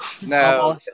No